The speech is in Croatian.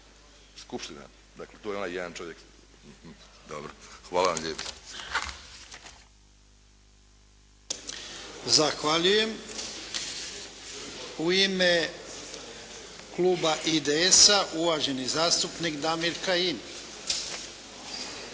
Skupština. Dakle to je onaj jedan čovjek. Dobro, hvala vam lijepo. **Jarnjak, Ivan (HDZ)** Zahvaljujem. U ime kluba IDS-a, uvaženi zastupnik Damir Kajin.